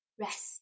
rest